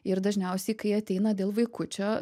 ir dažniausiai kai ateina dėl vaikučio